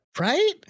right